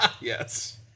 Yes